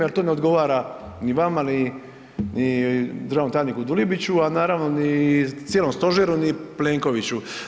Jer to ne odgovara ni vama ni državnom tajniku Dulibiću, a naravno ni cijelom Stožeru ni Plenkoviću.